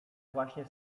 właśnie